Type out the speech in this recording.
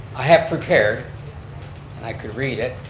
i have prepared, and i could read it,